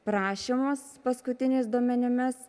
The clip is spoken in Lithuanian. prašymus paskutiniais duomenimis